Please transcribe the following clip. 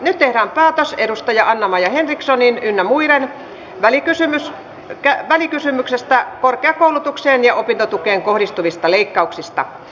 nyt tehdään päätös anna maja henrikssonin ynnä muiden välikysymyksestä korkeakoulutukseen ja opintotukeen kohdistuvista leikkauksista